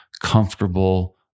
comfortable